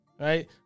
right